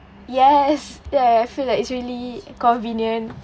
yes that I feel like it's really convenient